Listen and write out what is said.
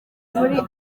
muri